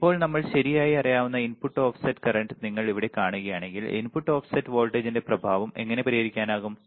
ഇപ്പോൾ നമ്മൾക്ക് ശരിയായി അറിയാവുന്ന ഇൻപുട്ട് ഓഫ്സെറ്റ് വോൾട്ടേജ് നിങ്ങൾ ഇവിടെ കാണുകയാണെങ്കിൽ ഇൻപുട്ട് ഓഫ്സെറ്റ് വോൾട്ടേജിന്റെ പ്രഭാവം എങ്ങനെ പരിഹരിക്കാനാകും